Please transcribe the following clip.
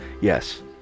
Yes